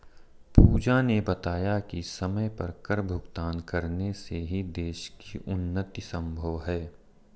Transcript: पूजा ने बताया कि समय पर कर भुगतान करने से ही देश की उन्नति संभव है